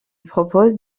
propose